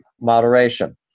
moderation